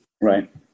Right